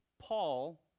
Paul